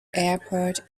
airport